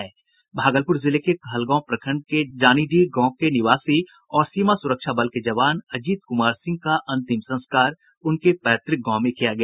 भागलपुर जिले में कहलगांव प्रखंड के जानीडीह गांव के निवासी सीमा और सुरक्षा बल के जवान अजीत कुमार सिंह का अंतिम संस्कार उनके पैतृक गांव में किया गया